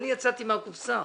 אני יצאתי מהקופסה.